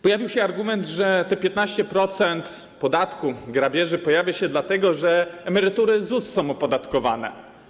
Pojawił się argument, że te 15% podatku, grabieży pojawia się dlatego, że emerytury ZUS są opodatkowane.